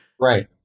Right